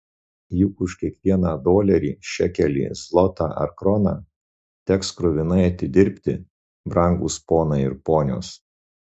juk už kiekvieną dolerį šekelį zlotą ar kroną teks kruvinai atidirbti brangūs ponai ir ponios